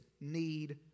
need